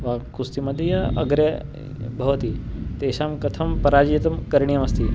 वा कुस्ति मध्ये या अग्रे भवति तेषां कथं पराजेतुं करणीयमस्ति